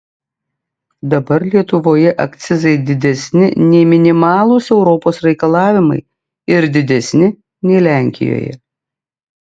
dabar lietuvoje akcizai didesni nei minimalūs europos reikalavimai ir didesni nei lenkijoje